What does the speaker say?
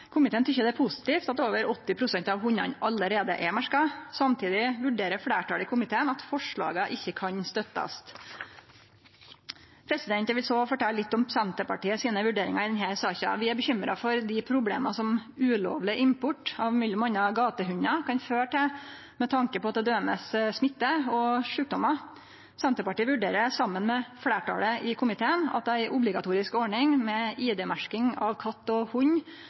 Komiteen tykkjer det er positivt at over 80 pst. av hundane allereie er merkte. Samtidig vurderer fleirtalet i komiteen det slik at ein ikkje kan støtte forslaga. Eg vil så fortelje litt om Senterpartiet sine vurderingar i denne saka. Vi er bekymra for dei problema som ulovleg import av m.a. gatehundar kan føre til med tanke på t.d. smitte og sjukdomar. Senterpartiet vurderer det slik saman med fleirtalet i komiteen at ei obligatorisk ordning med ID-merking av katt og hund